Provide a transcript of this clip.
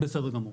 בסדר גמור.